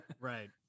right